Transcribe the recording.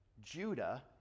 Judah